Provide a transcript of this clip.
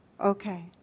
okay